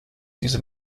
diese